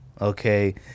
okay